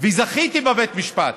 וזכיתי בבית המשפט